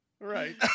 Right